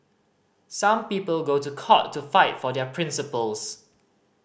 some people go to court to fight for their principles